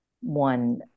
one